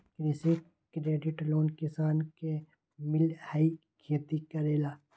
कृषि credit loan किसान के मिलहई खेती करेला?